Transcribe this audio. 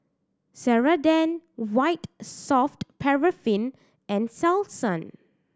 Ceradan White Soft Paraffin and Selsun